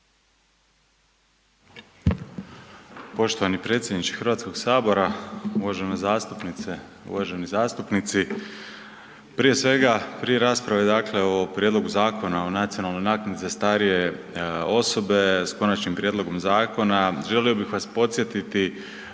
Poštovani predsjedniče HS-a, uvažene zastupnice, uvaženi zastupnici. Prije svega prije rasprave o Prijedlogu Zakona o nacionalnoj naknadi za starije osobe s Konačnim prijedlogom Zakona, želio bih vas podsjetiti